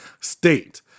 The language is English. state